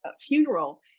funeral